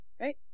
right